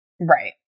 Right